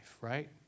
right